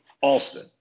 Alston